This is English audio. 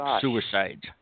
suicides